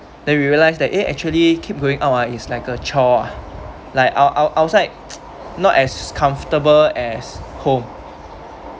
then we realised that eh actually keep going out ah is like a chore like out out outside not as comfortable as home